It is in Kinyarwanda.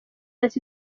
ati